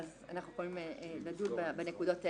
אנחנו יכולים לדון בנקודות האלה.